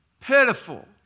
Pitiful